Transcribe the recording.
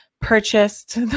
purchased